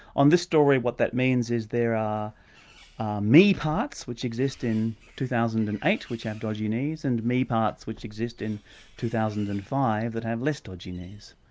on this story what that means is there are ah me parts, which exist in two thousand and eight, which have dodgy knees, and me parts which exist in two thousand and five that had less dodgy knees.